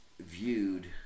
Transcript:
viewed